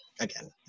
again